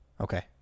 Okay